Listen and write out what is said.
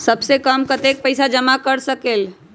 सबसे कम कतेक पैसा जमा कर सकेल?